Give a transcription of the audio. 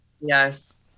Yes